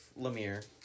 Lemire